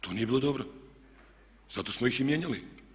To nije bilo dobro, zato smo ih i mijenjali.